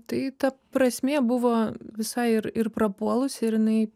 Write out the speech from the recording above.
tai ta prasmė buvo visai ir ir prapuolus ir jinai